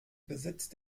besitzt